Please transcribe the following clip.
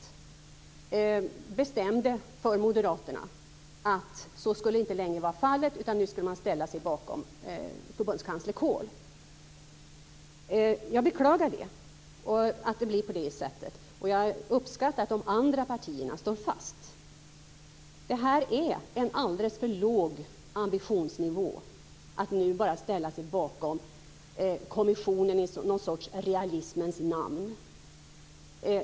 Han bestämde för Moderaternas räkning att så skulle inte längre vara fallet, utan nu skulle man ställa sig bakom förbundskansler Kohl. Jag beklagar att det blev på det sättet. Jag uppskattar att de andra partierna står fast vid sin ståndpunkt. Det är en alldeles för låg ambitionsnivå att nu bara ställa sig bakom kommissionen i "realismens" namn.